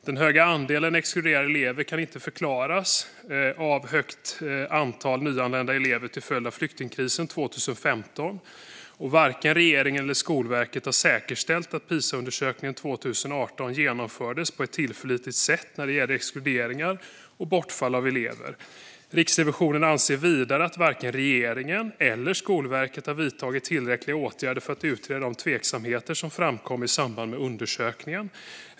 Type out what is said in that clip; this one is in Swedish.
Den höga andelen exkluderade elever kan inte förklaras av ett högt antal nyanlända elever till följd av flyktingkrisen 2015 och varken regeringen eller Statens skolverk har säkerställt att Pisaundersökningen 2018 genomfördes på ett tillförlitligt sätt när det gäller exkluderingar och bortfall av elever. Riksrevisionen anser vidare att varken regeringen eller Skolverket har vidtagit tillräckliga åtgärder för att utreda de tveksamheter som framkom i samband med undersökningen.